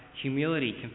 Humility